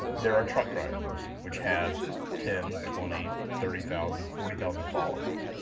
there are truck drivers which have ten, twenty, thirty thousand, forty thousand followers.